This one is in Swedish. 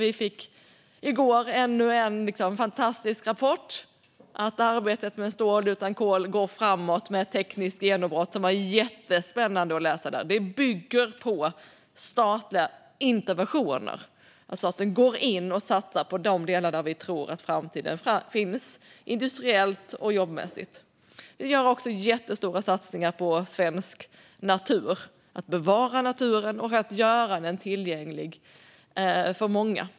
Vi fick i går ännu en fantastisk rapport om att arbetet med stål utan kol går framåt med ett tekniskt genombrott, som var jättespännande att läsa om. Det bygger på statliga interventioner, det vill säga att staten går in och satsar på de delar där vi tror att framtiden finns industriellt och jobbmässigt. Vi gör också jättestora satsningar på att bevara den svenska naturen och göra den tillgänglig för många.